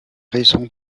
raison